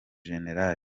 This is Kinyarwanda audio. gen